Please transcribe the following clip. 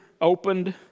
opened